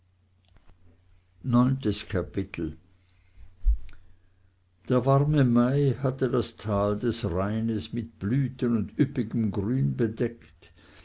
neuntes kapitel der warme mai hatte das tal des rheines mit blüten und üppigem grün bedeckt